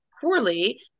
poorly